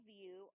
view